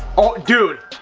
oh, dude!